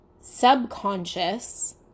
subconscious